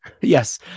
Yes